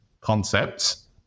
concepts